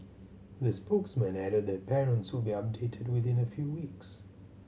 the spokesman added that parents will be updated within a few weeks